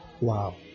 Wow